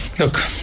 Look